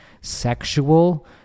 sexual